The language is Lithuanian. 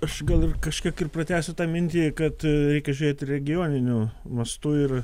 aš gal ir kažkiek ir pratęsiu tą mintį kad reikia žiūrėti regioniniu mastu ir